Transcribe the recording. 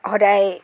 সদায়